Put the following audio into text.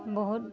বহুত